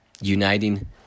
uniting